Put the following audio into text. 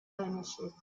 ownership